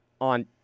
on